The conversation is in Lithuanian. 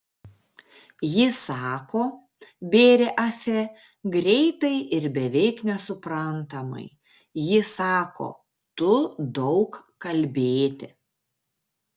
ji sako bėrė afe greitai ir beveik nesuprantamai ji sako tu daug kalbėti